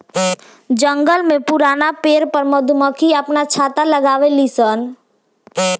जंगल में पुरान पेड़ पर मधुमक्खी आपन छत्ता लगावे लिसन